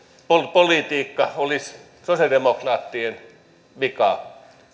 politiikka olisi sosialidemokraattien vika